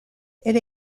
elle